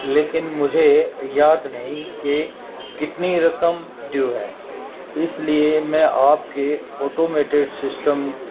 لیکن مجھے یاد نہیں کہ کتنی رقم ڈیو ہے اس لیے میں آپ کے آٹومیٹیڈ سسٹم